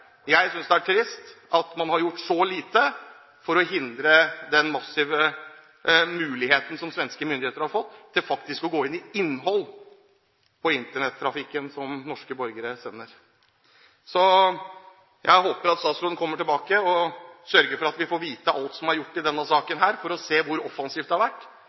Jeg synes det er trist at man har gjort så lite for å hindre den massive muligheten som svenske myndigheter har fått til faktisk å gå inn i innhold på internettrafikken til norske borgere. Jeg håper at statsråden kommer tilbake og sørger for at vi får vite om alt som er gjort i denne saken, og for å få se hvor offensivt det har vært.